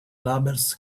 labels